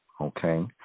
okay